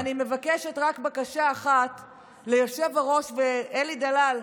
ואני מבקשת רק בקשה אחת מהיושב-ראש אלי דלל,